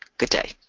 good day.